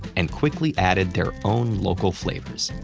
and quickly added their own local flavors.